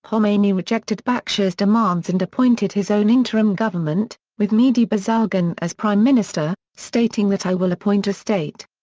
khomeini rejected bakhtiar's demands and appointed his own interim government, with mehdi bazargan as prime minister, stating that i will appoint a state.